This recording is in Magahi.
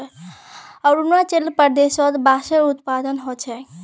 अरुणाचल प्रदेशत बांसेर उत्पादन ह छेक